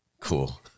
Cool